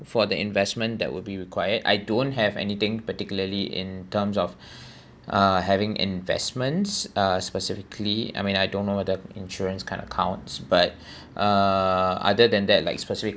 for the investment that will be required I don't have anything particularly in terms of uh having investments uh specifically I mean I don't know whether insurance kind of counts but uh other than that like specific